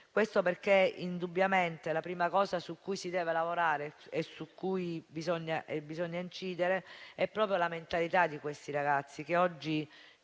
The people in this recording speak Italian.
Questo perché indubbiamente la prima cosa su cui si deve lavorare e su cui bisogna incidere è proprio la mentalità di questi ragazzi che oggi